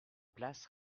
place